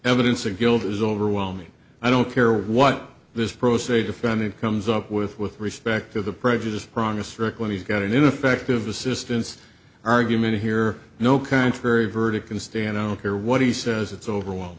evidence of guilt is overwhelming i don't care what this pro se defendant comes up with with respect to the prejudice promised rick when he's got an ineffective assistance argument here no contrary verdict can stand out here what he says it's over